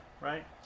Right